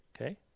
Okay